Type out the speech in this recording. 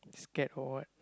scared or what